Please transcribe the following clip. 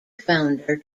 founder